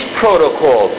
protocol